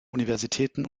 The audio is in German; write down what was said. universitäten